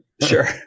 Sure